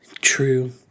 True